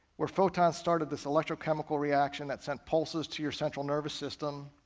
where photons started this electrochemical reaction that sent pulses to your central nervous system,